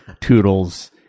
Toodles